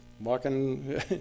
walking